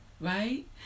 right